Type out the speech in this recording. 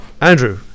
Andrew